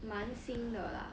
蛮新的 lah